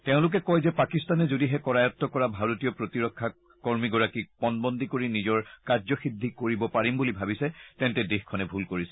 তেওঁলোকে কয় যে পাকিস্তানে যদিহে কৰায়ত্ব কৰা ভাৰতীয় প্ৰতিৰক্ষা কৰ্মীগৰাকীক পণবন্দী কৰি নিজৰ কাৰ্যসিদ্ধি কৰিব পাৰিম বুলি ভাবিছে তেন্তে দেশখনে ভূল কৰিছে